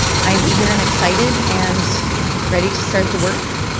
i'm eager and excited and ready to start the work